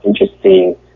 interesting